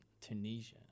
Tunisia